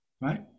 right